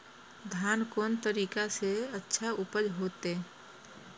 धान कोन तरीका से अच्छा उपज होते?